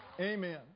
Amen